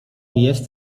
jest